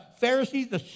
Pharisees